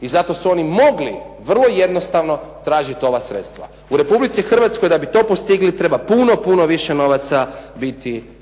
i zato su oni mogli vrlo jednostavno tražiti ova sredstva. U Republici Hrvatskoj da bi to postigli treba puno, puno više novaca biti